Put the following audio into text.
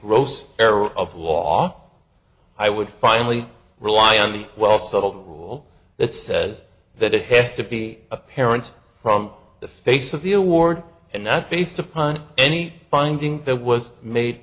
error of law i would finally rely on the well settled rule that says that it has to be apparent from the face of the award and not based upon any finding that was made